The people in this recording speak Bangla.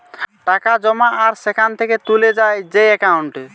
টাকা জমা আর সেখান থেকে তুলে যায় যেই একাউন্টে